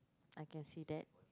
I can see that